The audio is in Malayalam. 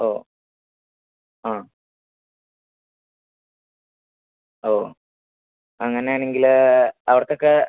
ഓ ആ ഓ അങ്ങനെയാണെങ്കിൽ അവർക്കൊക്കെ